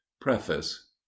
Preface